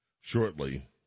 shortly